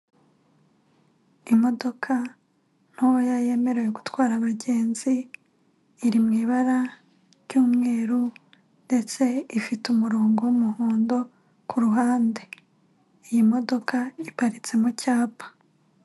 Imodoka ntoya yemerewe gutwara abagenzi, iri mu ibara ry'umweru ndetse ifite umurongo w'umuhondo kuruhande, iyi modoka iparitse mu cyapa.